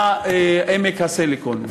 לעמק הסיליקון.